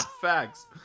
Facts